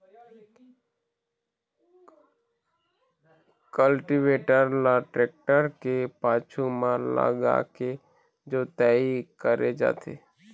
cultivator ल tractor के पाछू म लगाके जोतई करे जाथे